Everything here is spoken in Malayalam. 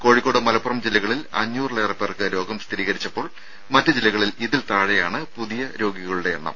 കോഴിക്കോട് മലപ്പുറം ജില്ലകളിൽ അഞ്ഞൂറിലേറെപ്പേർക്ക് രോഗം സ്ഥിരീകരിച്ചപ്പോൾ മറ്റ് ജില്ലകളിൽ ഇതിൽ താഴെയാണ് പുതിയ രോഗികളുടെ എണ്ണം